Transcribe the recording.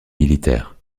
militaire